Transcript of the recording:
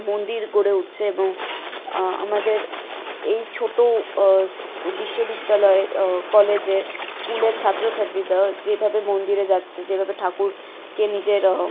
মন্দির গড়ে উটছে এবং আমাদের এই ছোটো স্কু বিশ্ববিদ্যালয়ের কলেজের স্কুলের ছাত্র ছাত্রীরা যেভাবে মন্দিরে যাচ্ছে যেভাবে ঠাকুরকে নিজের